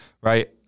Right